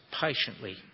patiently